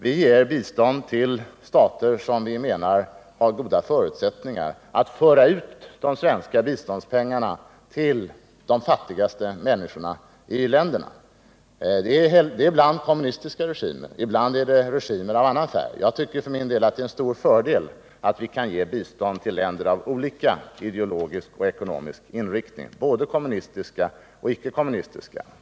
Vi ger bistånd till stater som vi menar har goda förutsättningar att föra ut de svenska biståndspengarna till de fattigaste människorna. Det är ibland kommunistiska regimer, ibland regimer av annan färg. Jag tycker för min del att det är en stor fördel att vi kan ge bistånd till länder med olika ideologisk och ekonomisk inriktning, både kommunistiska och ickekommunistiska.